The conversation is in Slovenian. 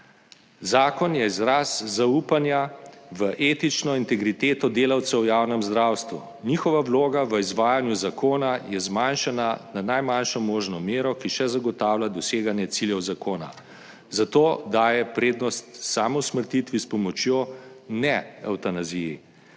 Zakon je izraz zaupanja v etično integriteto delavcev v javnem zdravstvu. Njihova vloga v izvajanju zakona je zmanjšana na najmanjšo možno mero, ki še zagotavlja doseganje ciljev zakona, zato daje prednost samousmrtitvi s pomočjo, ne pa evtanaziji.